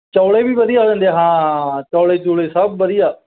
ਚੌਲੇ ਵੀ ਵਧੀਆ ਹੋ ਜਾਂਦੇ ਹਾਂ ਚੌਲੇ ਚੂਲੇ ਸਭ ਵਧੀਆ